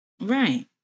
Right